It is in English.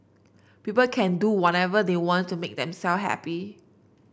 people can do whatever they want to make themself happy